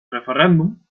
referèndum